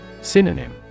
Synonym